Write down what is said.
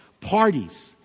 parties